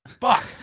Fuck